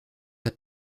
hat